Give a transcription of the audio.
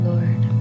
Lord